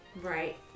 Right